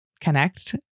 connect